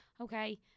okay